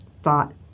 thought